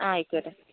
ആയിക്കോട്ടേ